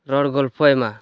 ᱨᱚᱲ ᱜᱚᱞᱯᱷᱚᱭ ᱢᱟ